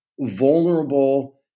vulnerable